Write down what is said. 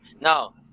No